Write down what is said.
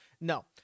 no